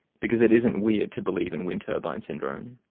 because it isn't weird to believe in wind turbine syndrome.